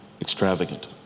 extravagant